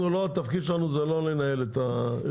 אנחנו לא התפקיד שלנו לנהל את הארגונים.